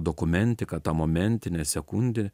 dokumentiką ta momentinė sekundę